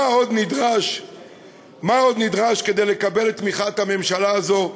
מה עוד נדרש כדי לקבל את תמיכת הממשלה הזו,